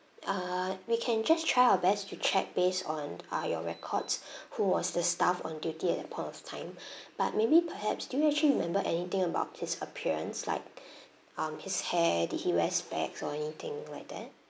uh we can just try our best to check based on uh your records who was the staff on duty at that point of time but maybe perhaps do you actually remember anything about his appearance like um his hair did he wear specs or anything like that